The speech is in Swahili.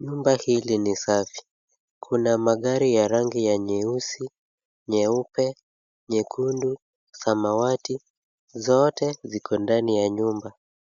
Nyumba hili ni safi. Kuna magari ya rangi ya nyeusi, nyeupe, nyekundu, samawati. Zote ziko ndani ya nyumba.